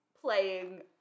playing